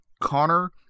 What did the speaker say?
Connor